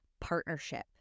partnership